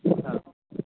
हा